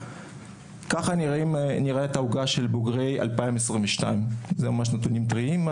ככה נראית העוגה של בוגרי 2022. אלו ממש נתונים טריים.